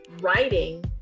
writing